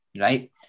right